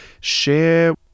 share